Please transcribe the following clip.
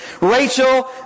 Rachel